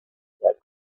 that